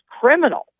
criminal